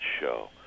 show